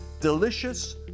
delicious